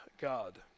God